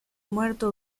muerto